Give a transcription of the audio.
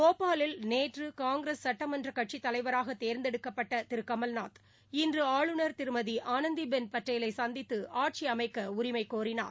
போபாலில் நேற்றுகாங்கிரஸ் சட்டம்ன்றகட்சிதலைவராகதோந்தெடுக்கப்பட்டதிருகமல்நாத் இன்றுஆளுநர் திருமதிஆனந்திபென் பட்டேலைசந்தித்துஆட்சிஅமைக்கஉரிமைகோரினார்